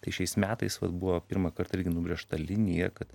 tai šiais metais vat buvo pirmą kartą irgi nubrėžta linija kad